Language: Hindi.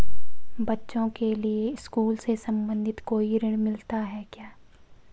बच्चों के लिए स्कूल से संबंधित कोई ऋण मिलता है क्या?